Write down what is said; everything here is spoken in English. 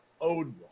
owed